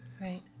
right